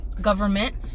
government